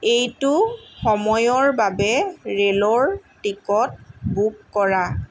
এইটো সময়ৰ বাবে ৰে'লৰ টিকট বুক কৰা